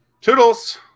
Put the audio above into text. Toodles